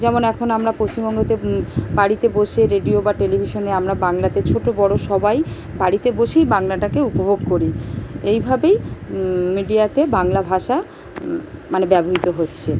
যেমন এখন আমরা পশ্চিমবঙ্গতে বাড়িতে বসে রেডিও বা টেলিভিশনে আমরা বাংলাতে ছোট বড় সবাই বাড়িতে বসেই বাংলাটাকে উপভোগ করি এইভাবেই মিডিয়াতে বাংলা ভাষা মানে ব্যবহৃত হচ্ছে